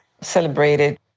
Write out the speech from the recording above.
celebrated